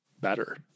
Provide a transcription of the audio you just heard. better